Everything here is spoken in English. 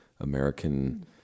american